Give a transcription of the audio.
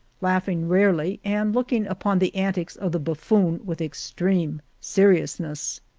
laughing rarely, and looking upon the antics of the buffoon with extreme seriousness.